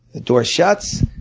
the door shuts,